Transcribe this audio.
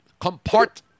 compart